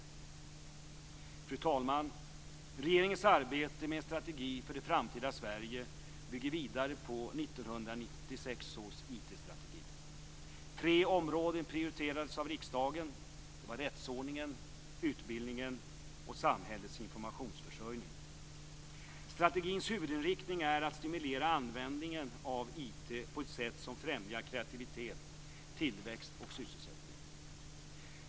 Fru talman! Regeringens arbete med en strategi för det framtida Sverige bygger vidare på 1996 års Det var rättsordningen, utbildningen och samhällets informationsförsörjning. Strategins huvudinriktning är att stimulera användningen av IT på ett sätt som främjar kreativitet, tillväxt och sysselsättning.